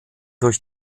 durch